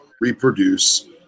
reproduce